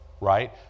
right